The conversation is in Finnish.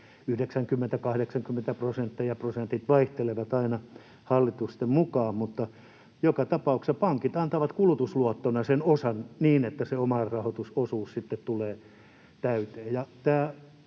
80—90 prosenttia — prosentit vaihtelevat aina hallitusten mukaan — mutta joka tapauksessa pankit antavat kulutusluottona sen osan niin, että se omarahoitusosuus sitten tulee täyteen.